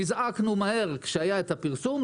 נזעקנו מהר כשהיה הפרסום.